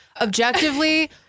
Objectively